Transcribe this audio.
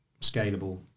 scalable